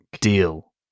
deal